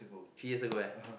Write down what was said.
three years ago eh